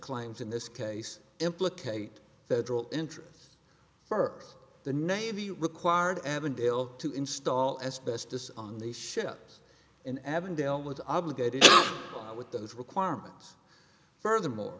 claims in this case implicate federal interest first the navy required avondale to install as best as on the ships in avondale was obligated with those requirements furthermore